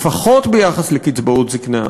לפחות ביחס לקצבאות זיקנה,